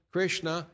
Krishna